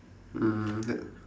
mm that